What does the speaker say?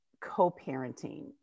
co-parenting